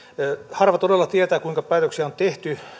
harva todella tietää kuinka päätöksiä on tehty